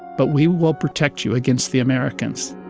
but we will protect you against the americans